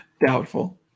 Doubtful